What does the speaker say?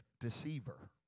deceiver